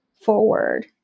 forward